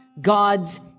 God's